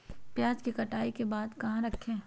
प्याज के कटाई के बाद कहा रखें?